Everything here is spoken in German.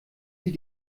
sie